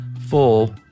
full